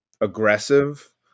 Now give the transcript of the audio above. aggressive